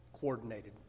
coordinated